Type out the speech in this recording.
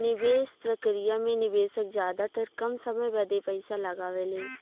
निवेस प्रक्रिया मे निवेशक जादातर कम समय बदे पइसा लगावेला